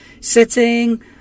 sitting